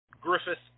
Griffith